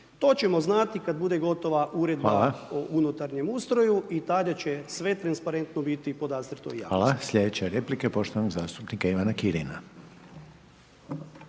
to ćemo znati kada bude gotova …/Upadica: Hvala/…Uredba o unutarnjem ustroju i tada će sve transparentno biti podastrto